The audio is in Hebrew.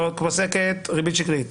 פוסקת ריבית שקלית